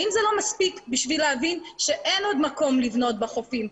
האם זה לא מספיק בשביל להבין שאין עוד מקום לבנות בחופים,